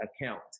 account